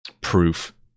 proof